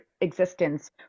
existence